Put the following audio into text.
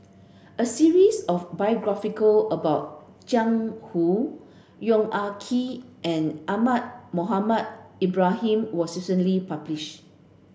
a series of biographical about Jiang Hu Yong Ah Kee and Ahmad Mohamed Ibrahim was recently publish